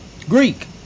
Greek